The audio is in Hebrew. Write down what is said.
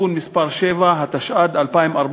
(תיקון מס' 7), התשע"ד 2014,